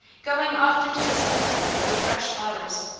going often to the cemetery with fresh flowers.